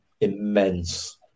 Immense